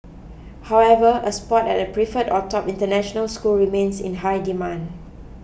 however a spot at a preferred or top international school remains in high demand